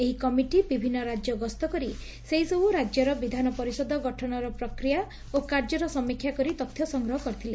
ଏହି କମିଟି ବିଭିନ୍ ରାଜ୍ୟ ଗସ୍ତ କରି ସେହିସବୁ ରାଜ୍ୟର ବିଧାନ ପରିଷଦ ଗଠନର ପ୍ରକ୍ରିୟା ଓ କାର୍ଯ୍ୟର ସମୀକ୍ଷା କରି ତଥ୍ୟ ସଂଗ୍ରହ କରିଥିଲେ